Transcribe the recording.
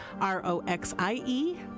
R-O-X-I-E